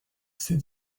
ses